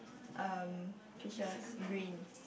um fishes green